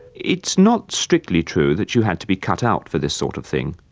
it's not strictly true that you had to be cut out for this sort of thing.